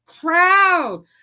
crowd